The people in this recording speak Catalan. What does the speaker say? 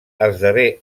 esdevé